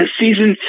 season